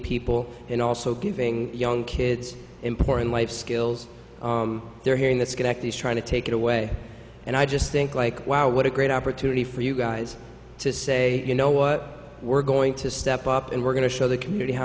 people and also giving young kids important life skills they're hearing this connect is trying to take it away and i just think like wow what a great opportunity for you guys to say you know what we're going to step up and we're going to show the community how